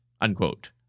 unquote